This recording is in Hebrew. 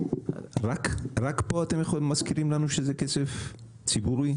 רק פה אתם מזכירים לנו שזה כסף ציבורי,